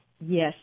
Yes